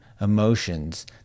emotions